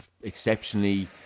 exceptionally